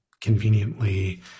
conveniently